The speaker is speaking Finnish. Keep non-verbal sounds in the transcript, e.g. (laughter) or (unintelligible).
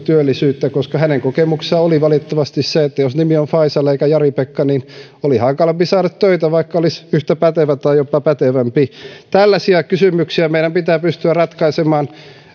(unintelligible) työllisyyttä koska hänen kokemuksensa oli valitettavasti se että jos nimi on faisal eikä jari pekka niin oli hankalampi saada töitä vaikka olisi yhtä pätevä tai jopa pätevämpi tällaisia kysymyksiä meidän pitää pystyä ratkaisemaan